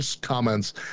comments